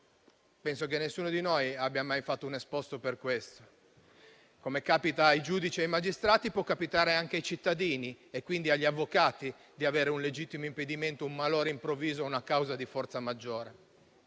Penso che nessuno di noi abbia mai fatto un esposto per questo. Come capita ai giudici e ai magistrati, può capitare anche ai cittadini, e quindi agli avvocati, di avere un legittimo impedimento, un malore improvviso, una causa di forza maggiore.